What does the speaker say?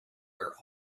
where